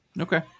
Okay